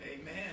Amen